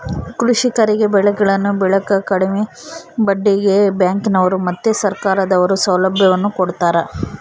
ಕೃಷಿಕರಿಗೆ ಬೆಳೆಗಳನ್ನು ಬೆಳೆಕ ಕಡಿಮೆ ಬಡ್ಡಿಗೆ ಬ್ಯಾಂಕಿನವರು ಮತ್ತೆ ಸರ್ಕಾರದವರು ಸೌಲಭ್ಯವನ್ನು ಕೊಡ್ತಾರ